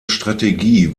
strategie